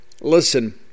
Listen